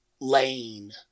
lane